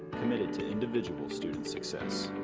committed to individuals student success.